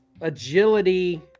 agility